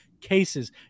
cases